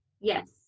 Yes